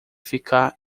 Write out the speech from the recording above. ficar